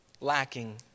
lacking